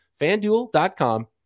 fanDuel.com